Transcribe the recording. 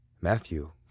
Matthew